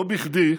לא בכדי,